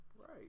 right